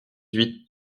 huit